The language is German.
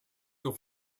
auf